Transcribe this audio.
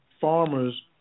farmers